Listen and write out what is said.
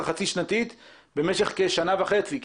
כמדומני במשך שנה וחצי.